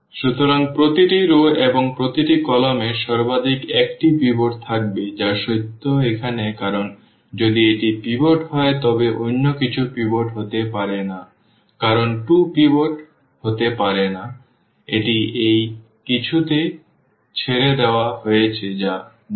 সুতরাং প্রতিটি রও এবং প্রতিটি কলাম এ সর্বাধিক একটি পিভট থাকবে যা সত্য এখানে কারণ যদি এটি পিভট হয় তবে অন্য কিছু পিভট হতে পারে না কারণ 2 পিভট হতে পারে না এটি এই কিছু তে ছেড়ে দেওয়া হয়েছে যা অ শূন্য বসে আছে